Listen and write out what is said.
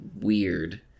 weird